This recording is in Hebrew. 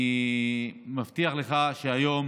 אני מבטיח לך שהיום